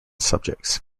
subjects